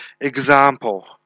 example